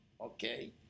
Okay